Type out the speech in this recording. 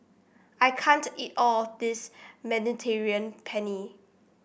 I can't eat all of this Mediterranean Penne